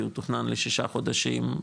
כי הוא תוכנן לשישה חודשים,